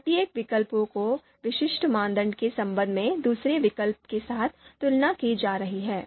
प्रत्येक विकल्प को एक विशिष्ट मानदंड के संबंध में दूसरे विकल्प के साथ तुलना की जा रही है